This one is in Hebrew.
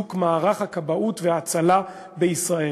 וחיזוק מערך הכבאות וההצלה בישראל,